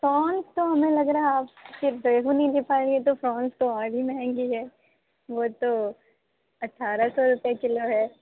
prawns تو ہمیں لگ رہا آپ کہ ریہو نہیں لے پائیں گی تو پرونس تو اور بھی مہنگی ہے وہ تو اٹھارہ سو روپیے کلو ہے